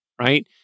right